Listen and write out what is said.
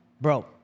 Bro